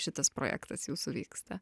šitas projektas jūsų vyksta